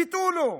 ותו לא.